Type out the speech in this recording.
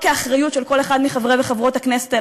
כאחריות של כל אחד מחברי וחברות הכנסת,